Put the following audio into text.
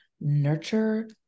nurture